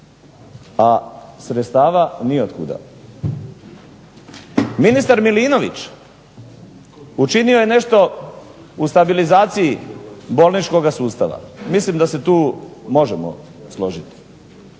a sredstava ni od kuda. Ministar Milinović učinio je nešto u stabilizaciji bolničkoga sustava. Mislim da se tu možemo složiti.